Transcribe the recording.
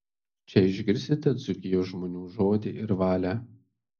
čia išgirsite dzūkijos žmonių žodį ir valią